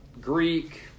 Greek